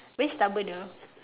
very stubborn ah